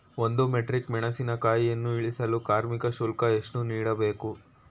ಒಂದು ಮೆಟ್ರಿಕ್ ಮೆಣಸಿನಕಾಯಿಯನ್ನು ಇಳಿಸಲು ಕಾರ್ಮಿಕ ಶುಲ್ಕ ಎಷ್ಟು ನೀಡಬೇಕು?